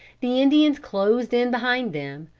the indians closed in behind them,